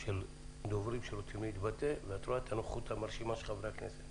של דוברים שרוצים להתבטא ואת רואה את הנוכחות המרשימה של חברי הכנסת.